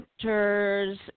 centers